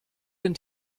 den